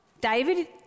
David